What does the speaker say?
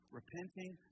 repenting